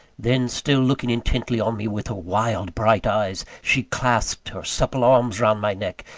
then, still looking intently on me with her wild bright eyes, she clasped her supple arms round my neck,